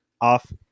off